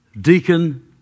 Deacon